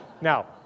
Now